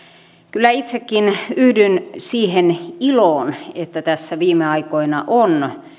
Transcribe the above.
kyllä itsekin yhdyn siihen iloon että tässä viime aikoina on ollut